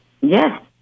Yes